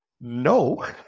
no